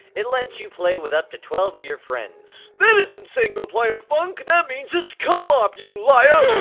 it lets you play with up to twelve of your friends that isn't single player, funke! that means it's co-op you liar!